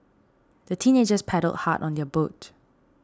the teenagers paddled hard on their boat